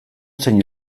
zein